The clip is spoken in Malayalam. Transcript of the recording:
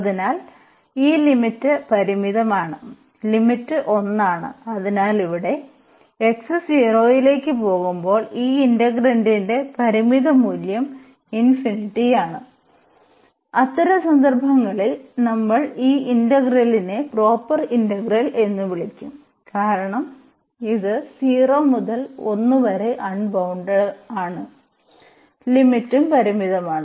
അതിനാൽ ഈ ലിമിറ്റ് പരിമിതമാണ് ലിമിറ്റ് 1 ആണ് അതിനാൽ ഇവിടെ x 0 ലേക്ക് പോകുമ്പോൾ ഈ ഇന്റഗ്രാൻഡിന്റെ ഫൈനെയ്റ്റ് മൂല്യം ആണ് അത്തരം സന്ദർഭങ്ങളിൽ നമ്മൾ ഈ ഇന്റഗ്രലിനെ പ്രോപ്പർ ഇന്റഗ്രൽ എന്ന് വിളിക്കും കാരണം ഇത് 0 മുതൽ 1 വരെ അൺബൌണ്ടഡാണ് ലിമിറ്റും പരിമിതമാണ്